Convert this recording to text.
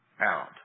out